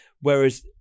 Whereas